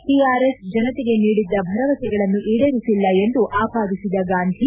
TRS ಜನತೆಗೆ ನೀಡಿದ್ದ ಭರವಸೆಗಳನ್ನು ಈಡೇರಿಸಿಲ್ಲ ಎಂದು ಆಪಾದಿಸಿದ ಗಾಂಧಿ